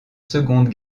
seconde